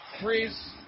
threes